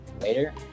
later